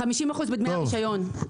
50% בדמי הרישיון.